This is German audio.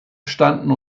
standen